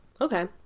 okay